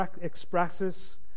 expresses